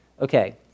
Okay